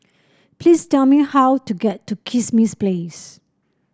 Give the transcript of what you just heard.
please tell me how to get to Kismis Place